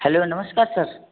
hello नमस्कार sir